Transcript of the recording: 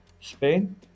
Spain